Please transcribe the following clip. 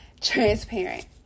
Transparent